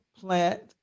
plant